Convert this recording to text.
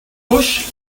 bush